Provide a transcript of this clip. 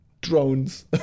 drones